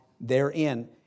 therein